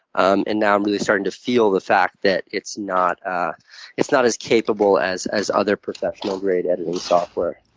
um and now i'm really starting to feel the fact that it's not ah it's not as capable as as other professional-grade editing software.